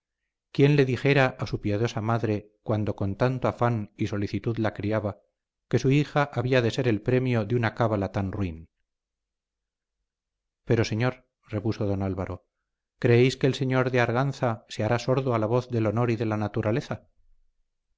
quién le dijera a su piadosa madre cuando con tanto afán y solicitud la criaba que su hija había de ser el premio de una cábala tan ruin pero señor repuso don álvaro creéis que el señor de arganza se hará sordo a la voz del honor y de la naturaleza